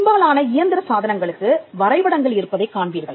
பெரும்பாலான இயந்திர சாதனங்களுக்கு வரைபடங்கள் இருப்பதைக் காண்பீர்கள்